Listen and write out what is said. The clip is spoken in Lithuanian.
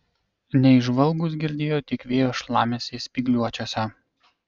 neįžvalgūs girdėjo tik vėjo šlamesį spygliuočiuose